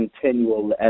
continual